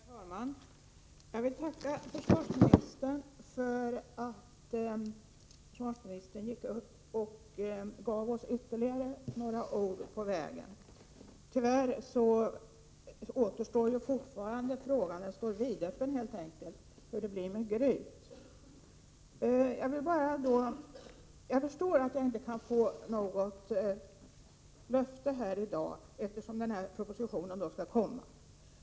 Herr talman! Jag vill tacka försvarsministern för att han gick upp och gav oss ytterligare några ord på vägen. Tyvärr kvarstår frågan om hur det blir med Gryt. Den frågan står vidöppen. Jag förstår att vi inte kan få något löfte här i dag, eftersom det skall komma en proposition.